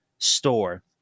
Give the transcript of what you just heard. store